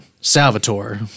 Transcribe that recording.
Salvatore